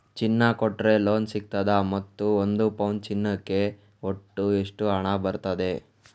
ಚಿನ್ನ ಕೊಟ್ರೆ ಲೋನ್ ಸಿಗ್ತದಾ ಮತ್ತು ಒಂದು ಪೌನು ಚಿನ್ನಕ್ಕೆ ಒಟ್ಟು ಎಷ್ಟು ಹಣ ಬರ್ತದೆ?